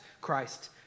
Christ